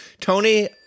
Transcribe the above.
Tony